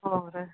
ਹੋਰ